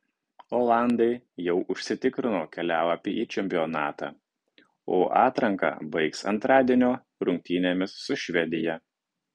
olandai jau užsitikrino kelialapį į čempionatą o atranką baigs antradienio rungtynėmis su švedija